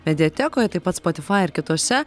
mediatekoje taip pat spotifai ir kitose